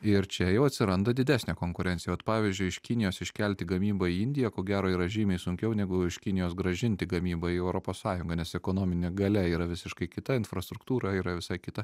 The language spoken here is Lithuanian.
ir čia jau atsiranda didesnė konkurencija vat pavyzdžiui iš kinijos iškelti gamybą į indiją ko gero yra žymiai sunkiau negu iš kinijos grąžinti gamybą į europos sąjungą nes ekonominė galia yra visiškai kita infrastruktūra yra visai kita